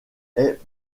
est